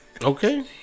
okay